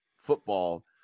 Football